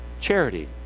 charity